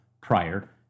prior